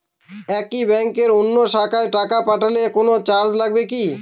একই ব্যাংকের অন্য শাখায় টাকা পাঠালে কোন চার্জ লাগে কি?